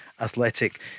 Athletic